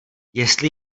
jestli